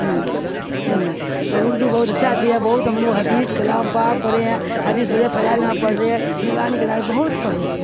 تو اردو بہت اچھا چی ہے بہت ہم لوگ حدیث قلام پاک پڑے ہیں حدیث پھے فضائل پڑ رہے ہیں نغگرانی کےد بہت پڑے